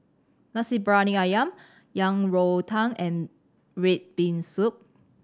Nasi Briyani Ayam Yang Rou Tang and red bean soup